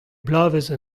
bloavezh